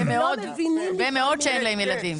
שהם לא מבינים --- הרבה מאוד שאין להם ילדים,